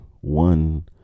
one